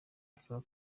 asaba